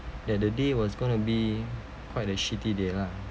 that the day was gonna be quite a shitty day lah